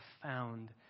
profound